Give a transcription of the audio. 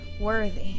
worthy